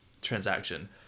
transaction